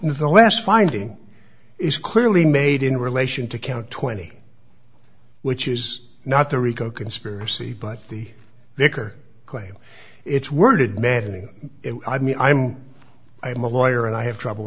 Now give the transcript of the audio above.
in the last finding is clearly made in relation to count twenty which is not the rico conspiracy but the vicar claim it's worded maddening i mean i'm i'm a lawyer and i have trouble